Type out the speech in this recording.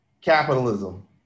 Capitalism